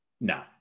No